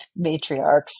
matriarchs